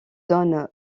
zones